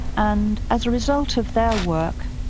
and as a result of their work,